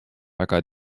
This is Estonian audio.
väga